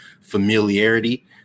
familiarity